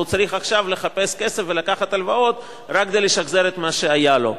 והוא צריך עכשיו לחפש כסף ולקחת הלוואות רק כדי לשחזר את מה שהיה לו.